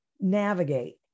navigate